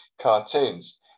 cartoons